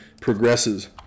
progresses